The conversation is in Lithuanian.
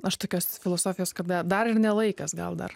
aš tokios filosofijos kad dar ir ne laikas gal dar